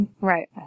Right